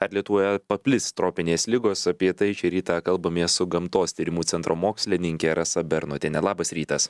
ar lietuvoje paplis tropinės ligos apie tai šį rytą kalbamės su gamtos tyrimų centro mokslinink rasa bernotiene labas rytas